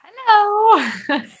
hello